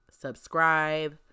subscribe